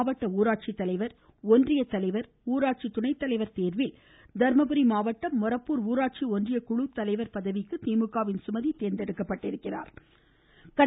மாவட்ட ஊராட்சி தலைவர் ஒன்றிய தலைவர் ஊராட்சி துணைத்தலைவர் தேர்வில் தருமபுரி மாவட்டம் மொரப்பூர் ஊராட்சி ஒன்றிய குழு தலைவர் பதவிக்கு திமுக வின் சுமதி தேர்ந்தெடுக்கப்பட்டிருக்கிறார்